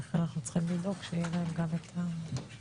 לכן אנחנו צריכים לדאוג שיהיה להם גם את השוטף.